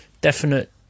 definite